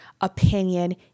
opinion